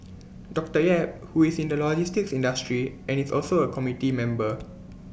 doctor yap who is in the logistics industry and is also A committee member